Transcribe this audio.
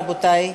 רבותי,